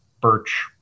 birch